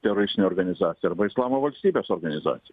teroristinė organizacija arba islamo valstybės organizacija